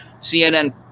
CNN